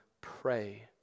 Pray